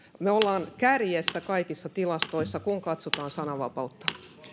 me olemme kärjessä kaikissa tilastoissa kun katsotaan sananvapautta